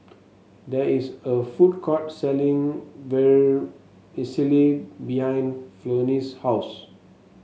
there is a food court selling Vermicelli behind Flonnie's house